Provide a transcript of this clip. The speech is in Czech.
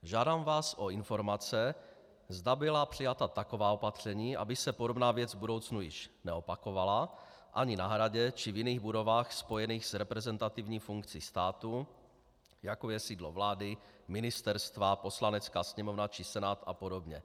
Žádám vás o informace, zda byla přijata taková opatření, aby se podobná věc v budoucnu již neopakovala ani na Hradě či v jiných budovách spojených s reprezentativní funkcí státu, jako je sídlo vlády, ministerstva, Poslanecká sněmovna či Senát apod.